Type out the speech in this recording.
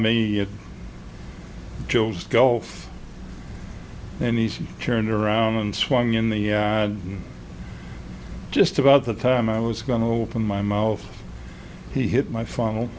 me yet joel's gulf and he she turned around and swung in the just about the time i was going to open my mouth he hit my f